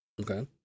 Okay